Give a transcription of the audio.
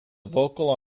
vocal